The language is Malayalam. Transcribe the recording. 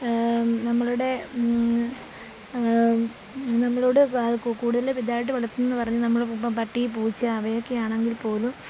നമ്മളുടെ നമ്മളോട് കൂടുതൽ ഇതായിട്ട് വളർത്തുന്നതെന്ന് പറഞ്ഞാൽ നമ്മൾ ഇപ്പം പട്ടി പൂച്ച അവയൊക്കെയാണെങ്കിൽ പോലും